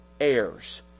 heirs